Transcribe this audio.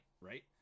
right